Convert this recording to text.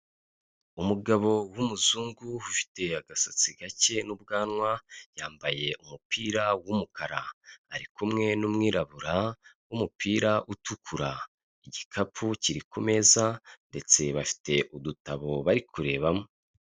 Umugabo w'umuzungu ufite agasatsi gake n'ubwanwa, yambaye umupira w'umukara ari kumwe n'umwirabura w'umupira utukura, igikapu kiri ku meza ndetse bafite udutabo bari kurebamo.